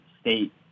state